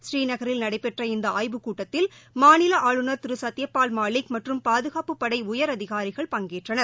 ஸ்ரீநகில் நடைபெற்ற இந்த ஆய்வுக்கூட்டத்தில் மாநில ஆளுநர் திரு சத்யாபல் மாலிக் மற்றும் பாதுகாப்புப் படை உயரதிகாரிகள் பங்கேற்றனர்